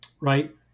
right